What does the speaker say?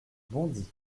bondy